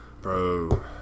Bro